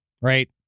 right